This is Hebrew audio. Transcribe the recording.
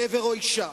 גבר או אשה,